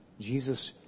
Jesus